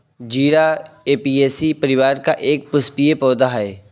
जीरा ऍपियेशी परिवार का एक पुष्पीय पौधा है